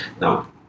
Now